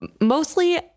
mostly